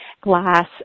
glass